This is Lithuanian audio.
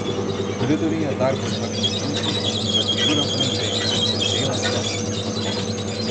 koridoriuje dar paspartinau žingsnį apimta didžiulio palengvėjimo kad heilas neseka iš paskos